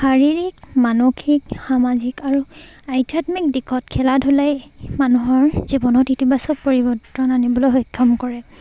শাৰীৰিক মানসিক সামাজিক আৰু আধ্যাত্মিক দিশত খেলা ধূলাই মানুহৰ জীৱনত ইতিবাচক পৰিৱৰ্তন আনিবলৈ সক্ষম কৰে